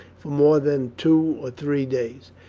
for more than two or three days.